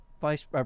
vice